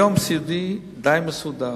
היום הוא די מסודר.